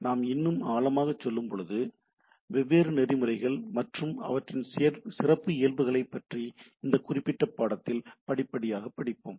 நாம் இன்னும் ஆழமாகச் செல்லும்போது வெவ்வேறு நெறிமுறைகள் மற்றும் அவற்றின் சிறப்பியல்புகளைப் பற்றி இந்த குறிப்பிட்ட பாடத்திட்டத்தில் படிப்படியாக படிப்போம்